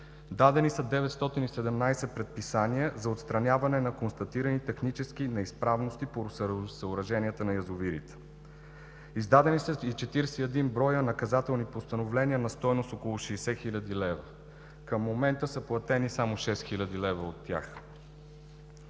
Дадени са 917 предписания за отстраняване на констатирани технически неизправности по съоръженията на язовирите. Издадени са и 41 броя наказателни постановления на стойност около 60 хил. лв. Към момента са платени само 6000 лв. от тях.